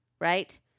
right